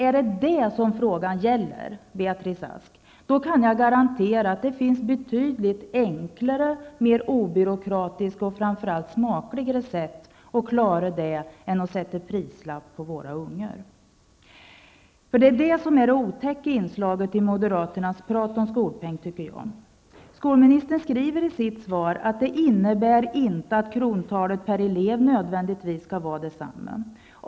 Är det detta frågan gäller, kan jag garantera Beatrice Ask att det finns betydligt enklare, mera obyråkratiska och framför allt smakligare sätt att klara det än att sätta prislapp på våra ungar. För just detta är det otäcka inslaget i moderaternas prat om skolpeng. Skolminstern skiver i sitt svar: ''Det innebär inte att krontalet per elev nödvändigtvis skall vara detsamma.''